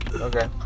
Okay